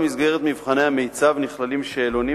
במסגרת מבחני המיצ"ב נכללים שאלונים